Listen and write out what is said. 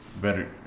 better